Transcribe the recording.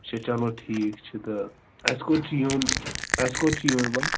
اَچھا چلو ٹھیٖک چھُ تہٕ اَسہِ کوٚت چھُ یُن اَسہِ کوٚت چھُ یِون وۅنۍ